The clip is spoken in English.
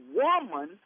woman